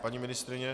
Paní ministryně?